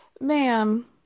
ma'am